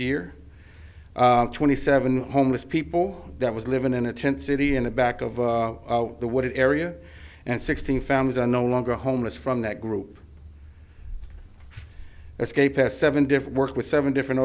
year twenty seven homeless people that was living in a tent city in a back of the wooded area and sixteen families are no longer homeless from that group escape as seven different work with seven different